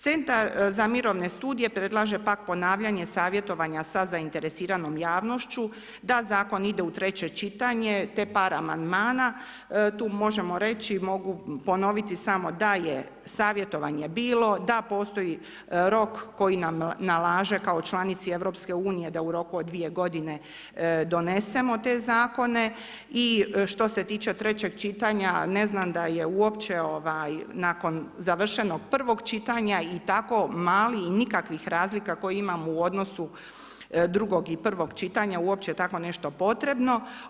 Centar za mirovne studije, predlaže pak ponavljanje savjetovanja sa zainteresiranom javnošću, da zakon ide u 3 čitanje, te par amandmana, tu možemo reći, mogu ponoviti samo da je savjetovanje bilo, da postoji rok koji nam nalaže kao članici EU, da u roku od 2 godine donesemo te zakone i što se tiče 3 čitanja, ne znam da je uopće, nakon završenog prvog čitanja i tako mali i nikakvih razlika koje imamo u odnosu drugog i prvog čitanja uopće takvo nešto potrebno.